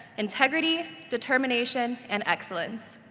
integrity, determination and excellence.